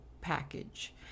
package